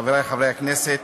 חברי חברי הכנסת,